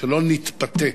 לא נתפתה